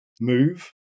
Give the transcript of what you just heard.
move